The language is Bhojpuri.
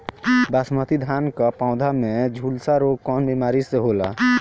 बासमती धान क पौधा में झुलसा रोग कौन बिमारी से होला?